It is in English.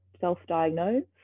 self-diagnose